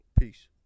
Peace